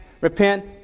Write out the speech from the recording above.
repent